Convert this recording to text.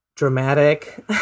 Dramatic